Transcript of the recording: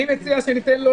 אני לא רוצה למנוע מהם לדבר,